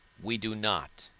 we do not,